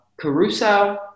caruso